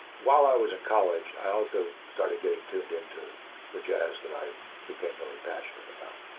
while i was in college, i also started getting tuned into the jazz that i became really passionate about,